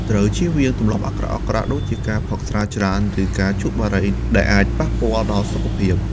ត្រូវជៀសវាងទម្លាប់អាក្រក់ៗ ដូចជាការផឹកស្រាច្រើន ឬការជក់បារី ដែលអាចប៉ះពាល់ដល់សុខភាព។